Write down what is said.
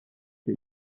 che